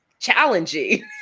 Challenging